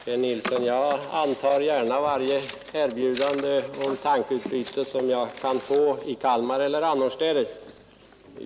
Herr talman! Jag antar, herr Nilsson i Kalmar, gärna varje erbjudande om tankeutbyte som jag kan få — i Kalmar eller annorstädes.